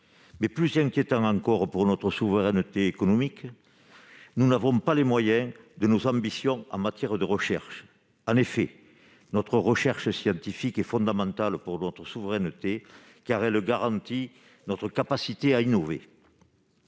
Mais, plus inquiétant encore pour notre souveraineté économique, nous n'avons pas les moyens de nos ambitions en matière de recherche. En effet, notre recherche scientifique est fondamentale pour notre souveraineté, car elle garantit notre capacité à innover.